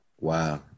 Wow